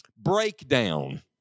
Breakdown